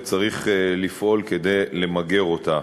וצריך לפעול כדי למגר אותה.